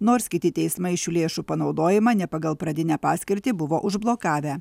nors kiti teismai šių lėšų panaudojimą ne pagal pradinę paskirtį buvo užblokavę